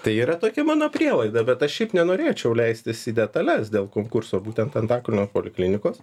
tai yra tokia mano prielaida bet aš šiaip nenorėčiau leistis į detales dėl konkurso būtent antakalnio poliklinikos